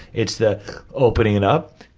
it's the opening up,